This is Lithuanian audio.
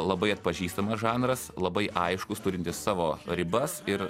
labai atpažįstamas žanras labai aiškus turintis savo ribas ir